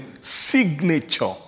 signature